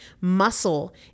Muscle